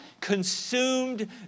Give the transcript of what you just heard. consumed